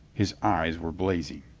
his eyes were blazing.